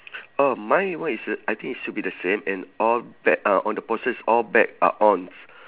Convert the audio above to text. oh my one is uh I think it should be the same and all bet ah on the poster is all bet are on